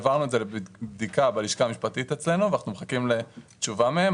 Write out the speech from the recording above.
העברנו את זה לבדיקה בלשכה המשפטית אצלנו ואנחנו מחכים לתשובה מהם,